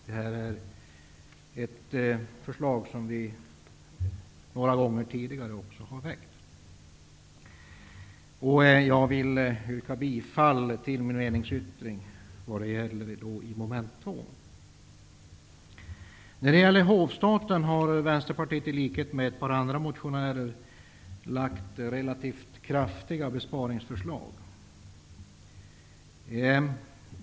Detta har vi föreslagit några gånger. Jag yrkar bifall till min meningsyttring vad gäller mom. 2. När det gäller hovstaten har vi i Vänsterpartiet i likhet med ett par motionärer lagt fram förslag som innebär relativt kraftiga besparingar.